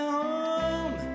home